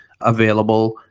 available